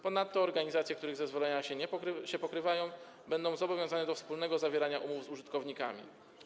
Ponadto organizacje, których zezwolenia się pokrywają, będą zobowiązane do wspólnego zawierania umów z użytkownikami.